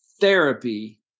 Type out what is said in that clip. therapy